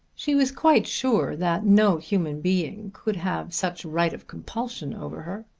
she was quite sure that no human being could have such right of compulsion over her.